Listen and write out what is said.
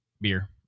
Beer